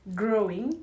growing